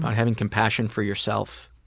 having compassion for yourself.